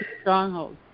stronghold